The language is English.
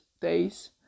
days